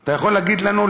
אתה יכול להגיד לנו,